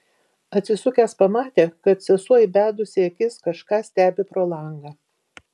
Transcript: atsisukęs pamatė kad sesuo įbedusi akis kažką stebi pro langą